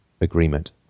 agreement